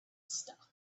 stopped